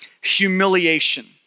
humiliation